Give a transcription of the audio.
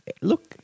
Look